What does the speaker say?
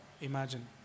imagine